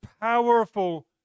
powerful